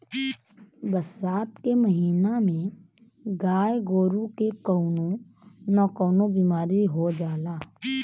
बरसात के महिना में गाय गोरु के कउनो न कउनो बिमारी हो जाला